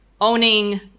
owning